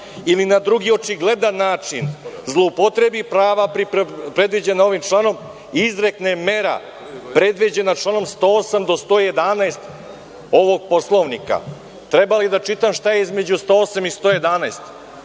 ili na drugi očigledan način zloupotrebi prava predviđena ovim članom, izrekne mera predviđena članom 108. do 111. ovog Poslovnika. Treba li da čitam šta je između 108. i 111?